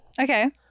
Okay